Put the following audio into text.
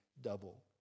double